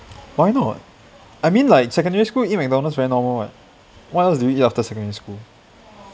why not I mean like secondary school you eat McDonald's very normal what what else do we eat after secondary school